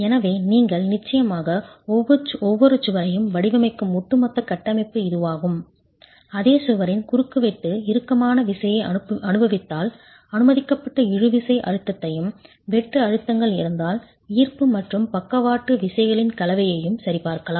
எனவே நீங்கள் நிச்சயமாக ஒவ்வொரு சுவரையும் வடிவமைக்கும் ஒட்டுமொத்த கட்டமைப்பு இதுவாகும் அதே சுவரின் குறுக்குவெட்டு இறுக்கமான விசையைஅனுபவித்தால் அனுமதிக்கப்பட்ட இழுவிசை அழுத்தத்தையும் வெட்டு அழுத்தங்கள் இருந்தால் ஈர்ப்பு மற்றும் பக்கவாட்டு விசைகளின் கலவையையும் சரிபார்க்கலாம்